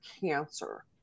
cancer